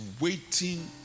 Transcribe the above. waiting